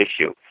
issue